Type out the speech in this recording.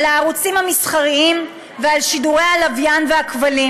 על הערוצים המסחריים ועל שידורי הלוויין והכבלים.